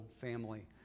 family